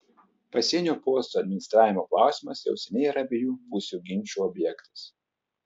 pasienio postų administravimo klausimas jau seniai yra abiejų pusių ginčų objektas